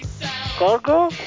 Cargo